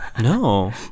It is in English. No